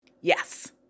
yes